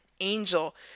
angel